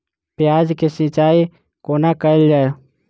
प्याज केँ सिचाई कोना कैल जाए?